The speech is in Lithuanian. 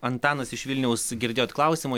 antanas iš vilniaus girdėjot klausimą